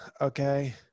okay